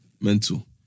Mental